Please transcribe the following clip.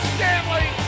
Stanley